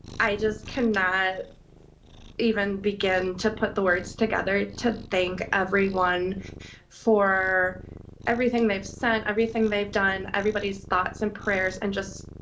i just cannot even begin to put the words together to thank everyone for everything they've sent, everything they've done, everybody's thoughts and prayers and